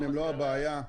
לא הבעיה.